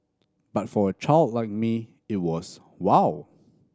but for a child like me it was wow